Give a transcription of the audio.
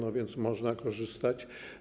Tak więc można korzystać.